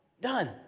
done